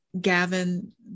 Gavin